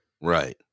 right